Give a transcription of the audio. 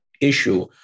issue